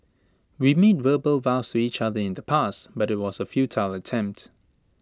we made verbal vows to each other in the past but IT was A futile attempt